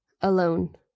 alone